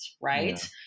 right